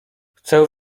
chcę